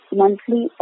monthly